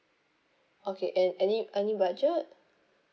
okay and any any budget